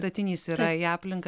statinys yra į aplinką